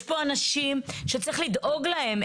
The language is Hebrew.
יש פה אנשים שצריך לדאוג להם.